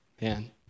man